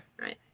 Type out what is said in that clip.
Right